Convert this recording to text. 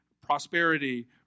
prosperity